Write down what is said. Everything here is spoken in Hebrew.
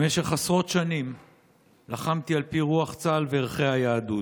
במשך עשרות שנים לחמתי על פי רוח צה"ל וערכי היהדות.